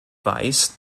weiß